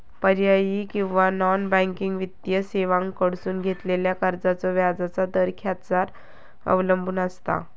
पर्यायी किंवा non banking वित्तीय सेवांकडसून घेतलेल्या कर्जाचो व्याजाचा दर खेच्यार अवलंबून आसता?